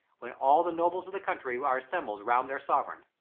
when all the nobles of the country are assembled round their sovereign.